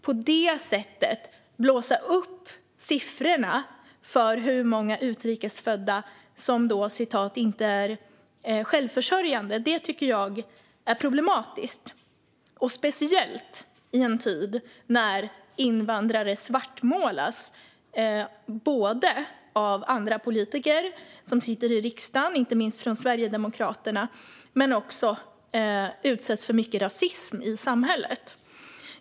På det sättet blåser man upp siffrorna för hur många utrikesfödda som inte är självförsörjande, och detta tycker jag är problematiskt, speciellt i en tid när invandrare både svartmålas av andra politiker som sitter i riksdagen, inte minst från Sverigedemokraterna, och utsätts för mycket rasism i samhället.